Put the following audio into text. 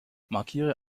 markiere